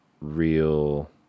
real